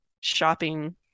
shopping